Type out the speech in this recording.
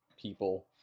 people